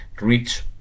reach